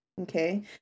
okay